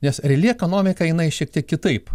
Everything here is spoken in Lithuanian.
nes reali ekonomika jinai šiek tiek kitaip